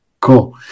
Cool